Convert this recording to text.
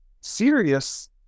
serious